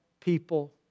people